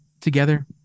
together